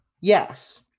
yes